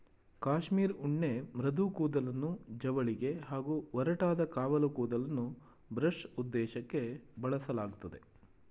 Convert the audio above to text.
cashmere ಉಣ್ಣೆ ಮೃದು ಕೂದಲನ್ನು ಜವಳಿಗೆ ಹಾಗೂ ಒರಟಾದ ಕಾವಲು ಕೂದಲನ್ನು ಬ್ರಷ್ ಉದ್ದೇಶಕ್ಕೇ ಬಳಸಲಾಗ್ತದೆ